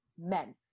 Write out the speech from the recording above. men